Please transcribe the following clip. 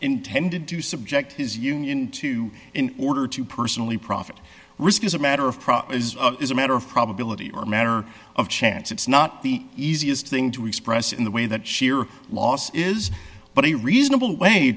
intended to subject his union to in order to personally profit risk is a matter of is is a matter of probability or a matter of chance it's not the easiest thing to express in the way that sheer loss is but a reasonable way